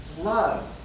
love